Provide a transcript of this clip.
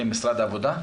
משרד העבודה.